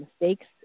mistakes